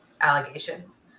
allegations